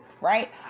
right